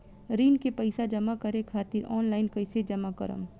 ऋण के पैसा जमा करें खातिर ऑनलाइन कइसे जमा करम?